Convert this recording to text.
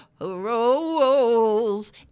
rolls